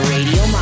Radio